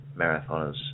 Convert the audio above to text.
marathoners